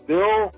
Bill